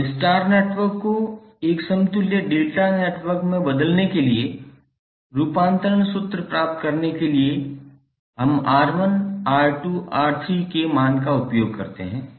अब star network को एक समतुल्य डेल्टा नेटवर्क में बदलने के लिए रूपांतरण सूत्र प्राप्त करने के लिए हम R1 R2 R3 के मान का उपयोग करते हैं